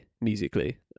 musically